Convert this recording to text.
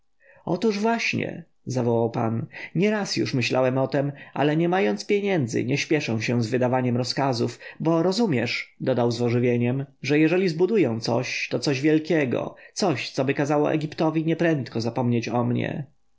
otóż właśnie zawołał pan nieraz już myślałem o tem ale nie mając pieniędzy nie śpieszę się z wydawaniem rozkazów bo rozumiesz dodał z ożywieniem że jeżeli zbuduję coś to coś wielkiego coś coby kazało egiptowi nieprędko zapomnieć o mnie